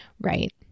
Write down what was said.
Right